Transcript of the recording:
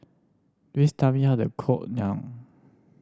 please tell me how to cook Naan